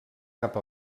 cap